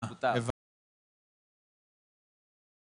אני מיד אשיב לך.